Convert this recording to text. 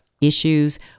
issues